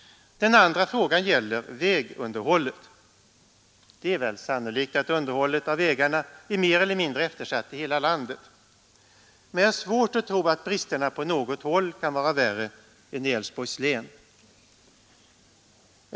Den andra frågan gäller vägunderhållet. Det är väl sannolikt att underhållet av vägarna är mer eller mindre eftersatt i hela landet. Men jag har svårt att tro att bristerna på något håll kan vara värre än i Älvsborgs län.